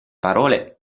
parole